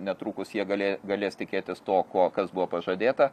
netrukus jie galė galės tikėtis to ko kas buvo pažadėta